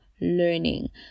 learning